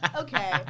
Okay